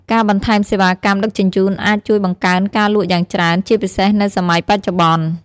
ការបន្ថែមសេវាកម្មដឹកជញ្ជូនអាចជួយបង្កើនការលក់យ៉ាងច្រើន ជាពិសេសនៅសម័យបច្ចុប្បន្ន។